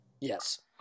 yes